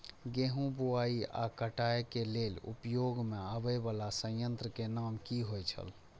गेहूं बुआई आ काटय केय लेल उपयोग में आबेय वाला संयंत्र के नाम की होय छल?